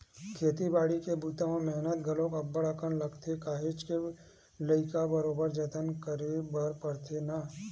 खेती बाड़ी के बूता म मेहनत घलोक अब्ब्ड़ अकन लगथे काहेच के लइका बरोबर जतन करे बर परथे ना